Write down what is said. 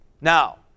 Now